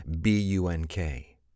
B-U-N-K